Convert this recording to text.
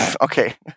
Okay